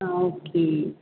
ஆ okay